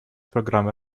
программы